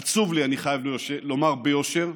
עצוב לי, אני חייב לומר ביושר,